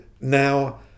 now